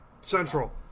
Central